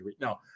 No